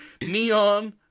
Neon